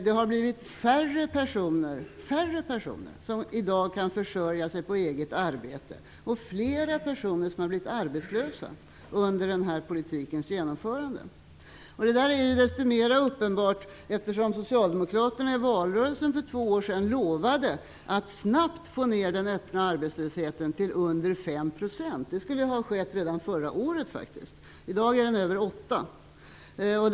Det har blivit färre personer som i dag kan försörja sig på eget arbete och flera personer som har blivit arbetslösa under denna politiks genomförande. Detta är desto mer uppenbart eftersom Socialdemokraterna i valrörelsen för två år sedan lovade att snabbt få ned den öppna arbetslösheten till under 5 %. Det skulle faktiskt ha skett redan under förra året. I dag uppgår arbetslösheten till över 8 %.